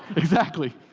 exactly.